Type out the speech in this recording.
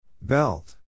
Belt